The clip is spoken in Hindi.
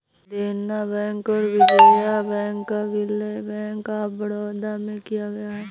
देना बैंक और विजया बैंक का विलय बैंक ऑफ बड़ौदा में किया गया है